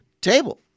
table